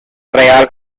real